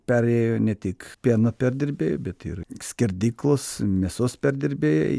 perėjo ne tik pieno perdirbėjui bet ir skerdyklos mėsos perdirbėjai